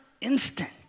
instant